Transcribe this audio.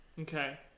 Okay